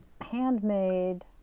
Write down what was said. handmade